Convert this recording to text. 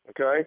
Okay